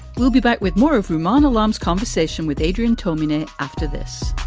we'll be back with more of ruman alarms, conversation with adrian told minutes after this